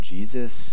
Jesus